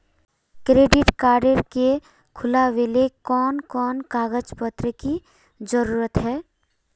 Credit card के खुलावेले कोन कोन कागज पत्र की जरूरत है?